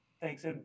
Thanks